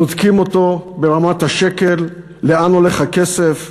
בודקים אותו ברמת השקל, לאן הולך הכסף.